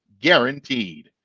guaranteed